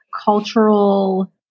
cultural